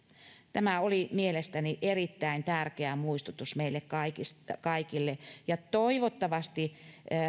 tämä oli mielestäni erittäin tärkeä muistutus meille kaikille ja toivottavasti